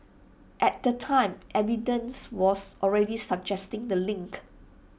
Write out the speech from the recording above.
at the time evidence was already suggesting the link